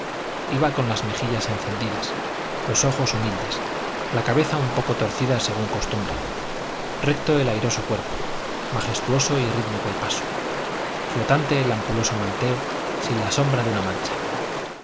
iba con las mejillas encendidas los ojos humildes la cabeza un poco torcida según costumbre recto el airoso cuerpo majestuoso y rítmico el paso flotante el ampuloso manteo sin la sombra de una mancha